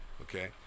okay